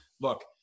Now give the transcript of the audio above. look